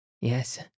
Yes